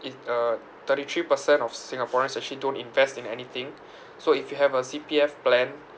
it's a thirty three percent of singaporeans actually don't invest in anything so if you have a C_P_F plan